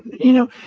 you know,